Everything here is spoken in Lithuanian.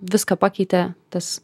viską pakeitė tas